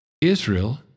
Israel